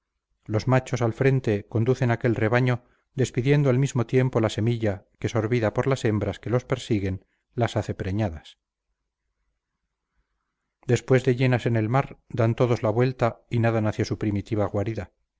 los machos al frente conducen aquel rebaño despidiendo al mismo tiempo la semilla que sorbida por las hembras que los persiguen las hace preñadas después de llenas en el mar dan todos la vuelta y nadan hacia su primitiva guarida